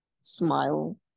smile